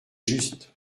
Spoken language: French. juste